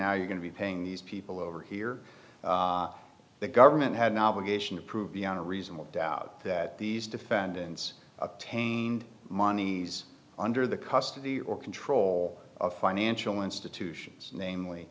now you're going to be paying these people over here the government had an obligation to prove beyond a reasonable doubt that these defendants obtained monies under the custody or control of financial institutions namely